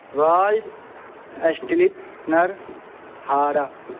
رالج اسٹلپ نر ہاڑا